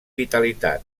vitalitat